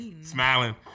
smiling